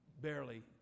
barely